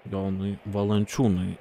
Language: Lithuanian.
jonui valančiūnui